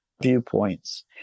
viewpoints